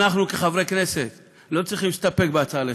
אנחנו כחברי הכנסת לא צריכים להסתפק בהצעה לסדר-היום,